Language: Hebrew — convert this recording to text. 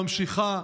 ממשיכה,